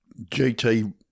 GT